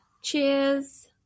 Cheers